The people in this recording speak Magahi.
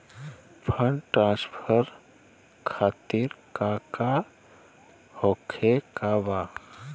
फंड ट्रांसफर खातिर काका होखे का बा?